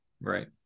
Right